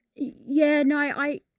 yeah, no, i.